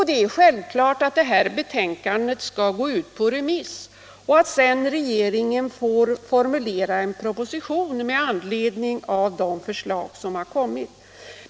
Det är självklart att utredningens betänkande skall gå ut på remiss. Sedan får regeringen formulera en proposition med anledning av de förslag som inkommit.